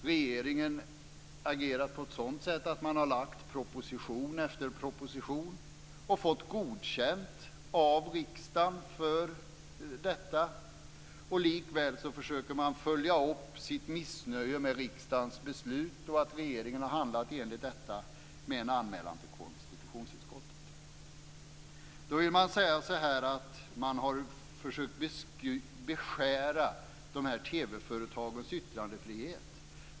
Regeringen har agerat på ett sådant sätt att man har lagt fram proposition efter proposition och fått godkänt av riksdagen vad det gäller detta. Likväl följer vissa ledamöter upp sitt missnöje med riksdagens beslut, och det faktum att regeringen har handlat enligt detta, med en anmälan till konstitutionsutskottet. Man säger att regeringen har försökt beskära TV företagens yttrandefrihet.